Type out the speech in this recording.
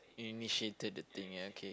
initiated the thing ya okay